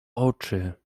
oczy